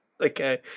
Okay